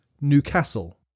Newcastle